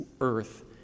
earth